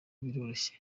biroroshye